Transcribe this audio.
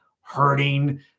hurting